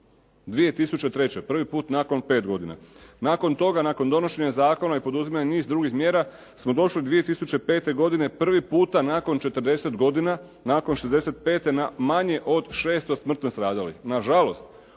2003., prvi put nakon pet godina. Nakon toga, nakon donošenja zakona i poduzimanja niza drugih mjera smo došli 2005. godine prvi puta nakon 40 godina, nakon '65. na manje od 600 smrtno stradalih. Nažalost,